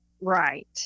Right